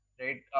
right